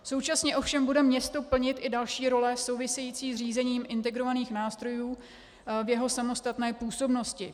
Současně ovšem bude město plnit i další role související s řízením integrovaných nástrojů v jeho samostatné působnosti.